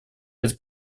это